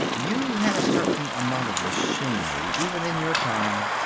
you had a certain amount of machinery even in your time.